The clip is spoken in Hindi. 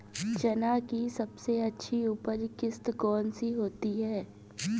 चना की सबसे अच्छी उपज किश्त कौन सी होती है?